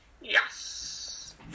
Yes